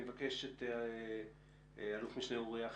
אני מבקש את אלוף משנה אוריה חצרוני,